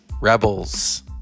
Rebels